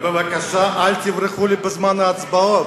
בבקשה, אל תברחו לי בזמן ההצבעות.